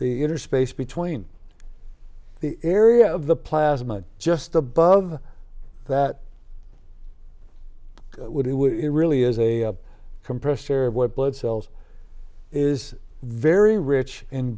the inner space between the area of the plasma just above that would do it really is a compressed air of white blood cells is very rich in